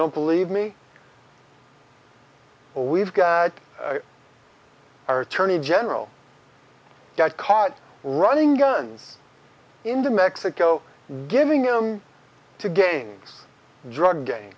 don't believe me we've got our attorney general get caught running guns into mexico giving him to games drug ga